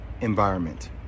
environment